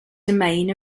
domain